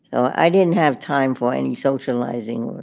so i didn't have time for any socializing